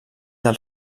del